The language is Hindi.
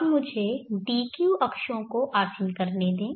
अब मुझे dq अक्षों को आसिन करने दें